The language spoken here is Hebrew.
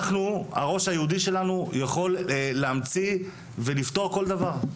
הראש היהודי שלנו יכול להמציא ולפתור כל דבר.